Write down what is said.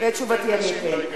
ואת תשובתי אני אתן.